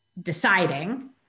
deciding